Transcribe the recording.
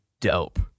dope